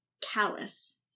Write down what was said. callous